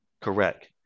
Correct